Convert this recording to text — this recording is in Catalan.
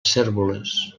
cérvoles